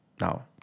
Now